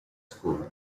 school